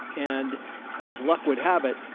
and as luck would have it,